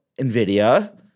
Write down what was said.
Nvidia